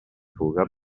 fuga